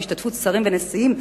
בהשתתפות שרים ונשיאים,